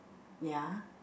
ya